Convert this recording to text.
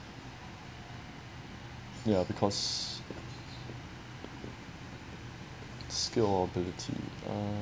ya because skill or ability uh